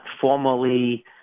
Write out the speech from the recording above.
formally